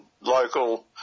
local